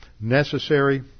necessary